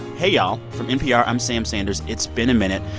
hey, y'all. from npr, i'm sam sanders. it's been a minute.